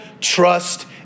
trust